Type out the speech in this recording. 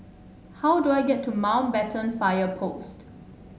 how do I get to Mountbatten Fire Post